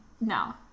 No